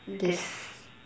this